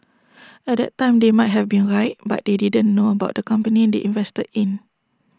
at that time they might have been right but they didn't know about the company they invested in